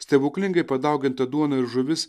stebuklingai padauginta duona ir žuvis